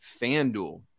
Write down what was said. FanDuel